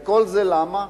וכל זה למה?